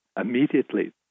immediately